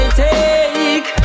take